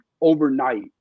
overnight